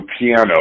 piano